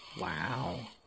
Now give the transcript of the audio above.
Wow